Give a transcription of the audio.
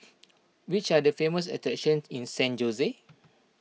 which are the famous attractions in San Jose